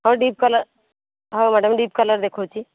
ହଉ deep colour ହଉ madam deep colour ଦେଖାଉଛି